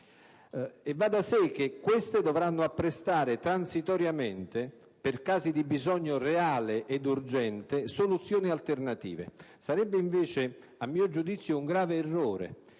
e va da sé che queste dovranno apprestare transitoriamente, per casi di bisogno reale e urgente, soluzioni alternative. Sarebbe invece a mio giudizio un grave errore